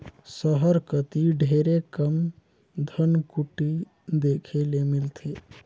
सहर कती ढेरे कम धनकुट्टी देखे ले मिलथे